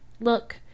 Look